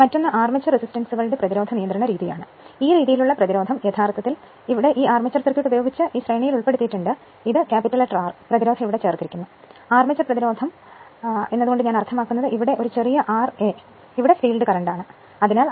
മറ്റൊന്ന് ആർമേച്ചർ റെസിസ്റ്ററുകളുടെ പ്രതിരോധ നിയന്ത്രണ രീതിയാണ് ഈ രീതിയിലുള്ള പ്രതിരോധം യഥാർത്ഥത്തിൽ ഇവിടെ ഈ ആർമേച്ചർ സർക്യൂട്ട് ഉപയോഗിച്ച് ശ്രേണീയിൽ ഉൾപ്പെടുത്തിയിട്ടുണ്ട് ഇത് R പ്രതിരോധം ഇവിടെ ചേർത്തിരിക്കുന്നു ആർമേച്ചർ പ്രതിരോധം ഞാൻ അർത്ഥമാക്കുന്നത് ഇത് ചെറിയ ra ഇവിടെ ഫീൽഡ് കറന്റ് ആണ് അവിടെ ഒന്നുമില്ല